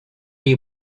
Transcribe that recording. you